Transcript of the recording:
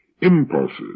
impulses